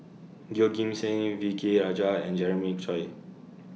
Yeoh Ghim Seng V K Rajah and Jeremiah Choy